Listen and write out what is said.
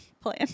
plan